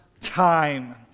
time